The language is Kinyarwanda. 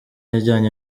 ajyanye